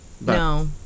No